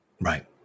Right